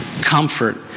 comfort